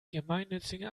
gemeinnützige